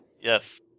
Yes